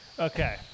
Okay